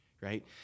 right